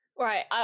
Right